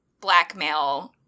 blackmail